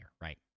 right